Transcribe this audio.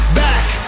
back